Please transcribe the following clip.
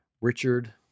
Richard